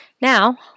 Now